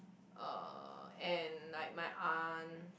uh and like my aunt